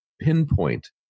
pinpoint